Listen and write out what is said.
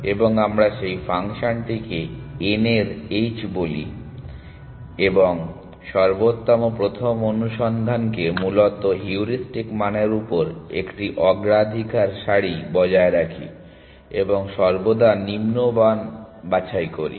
এবং আমরা সেই ফাংশনটিকে n এর h বলি এবং সর্বোত্তম প্রথম অনুসন্ধানকে মূলত হিউরিস্টিক মানের উপর একটি অগ্রাধিকার সারি বজায় রাখি এবং সর্বদা নিম্ন মান বাছাই করি